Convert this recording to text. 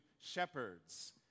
shepherds